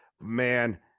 Man